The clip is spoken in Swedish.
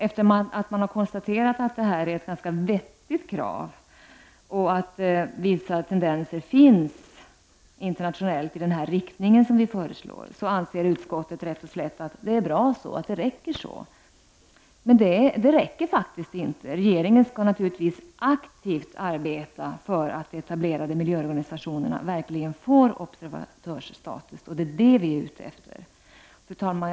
Efter att ha konstaterat att det är ett ganska vettigt krav och att vissa tendenser finns internationellt i den riktning som vi föreslår, anser utskottet rätt och slätt att det är bra så. Men det räcker inte. Regeringen skall naturligtvis aktivt arbeta för att de etablerade miljöorganisationerna verkligen får observatörsstatus. Det är detta vi är ute efter. Fru talman!